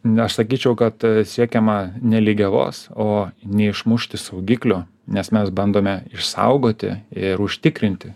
ne aš sakyčiau kad siekiama ne lygiavos o neišmušti saugiklių nes mes bandome išsaugoti ir užtikrinti